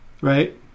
Right